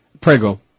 Prego